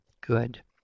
Good